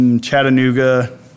Chattanooga